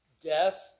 death